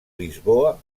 lisboa